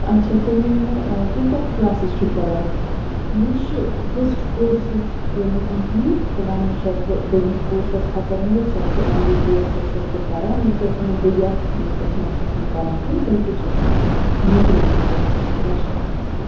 مےٚ حظ چھُ فسٹہٕ کورسَس کوٚر مےٚ کَمپٕلیٖٹ وۄنۍ حظ چھس بہٕ دٔیمِس کورسَس کَھژَن وول سُہ حظ چھِ اؠم بی بی اؠس حظ چھس بہٕ کَران یُس حظ بہٕ یَتھ مٔلکَس منٛز چھس نہٕ کَران کینٛہہ بلکہِ چھس بہٕ نیٚبرٕ مٔلکَس رَشیاہَس منٛز کَران